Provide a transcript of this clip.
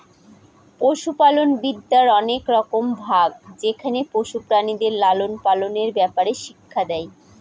পশুপালনবিদ্যার অনেক রকম ভাগ যেখানে পশু প্রাণীদের লালন পালনের ব্যাপারে শিক্ষা দেয়